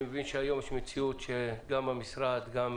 אני מבין שהיום יש מציאות שגם המשרד וגם